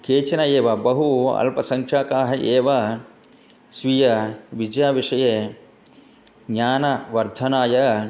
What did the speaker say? केचन एव बहु अल्पसङ्ख्याकाः एव स्वीयविद्याविषये ज्ञानवर्धनाय